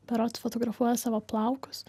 berods fotografuoja savo plaukus